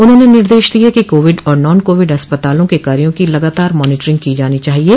उन्होंने निर्देश दिये कि कोविड और नान कोविड अस्पतालों के कार्यो की लगातार मानीटरिंग की जानी चाहिये